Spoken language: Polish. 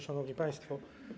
Szanowni Państwo!